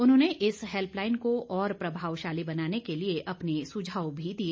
उन्होंने इस हैल्पलाईन को और प्रभावशाली बनाने के लिए अपने सुझाव भी दिए